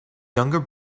younger